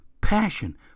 Passion